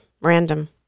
Random